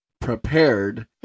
prepared